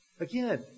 Again